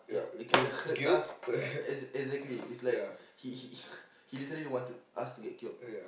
it it kinda hurts us uh exa~ exactly it's like he he he literally wanted us to get killed